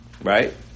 right